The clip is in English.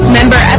member